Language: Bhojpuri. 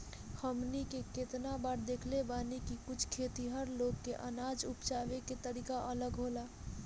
हमनी के केतना बार देखले बानी की कुछ खेतिहर लोग के अनाज उपजावे के तरीका अलग होला